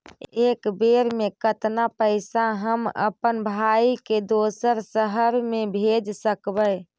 एक बेर मे कतना पैसा हम अपन भाइ के दोसर शहर मे भेज सकबै?